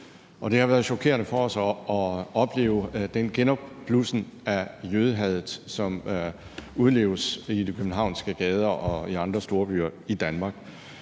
Det har været chokerende for os at opleve den genopblussen af jødehadet, som udleves i de københavnske gader og i andre store byer i Danmark.